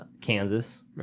Kansas